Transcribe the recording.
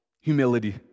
humility